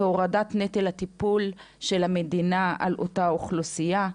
והורדת נטל הטיפול של המדינה על אותה אוכלוסייה.